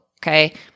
Okay